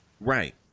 Right